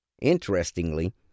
interestingly